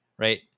Right